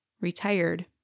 retired